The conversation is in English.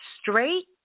straight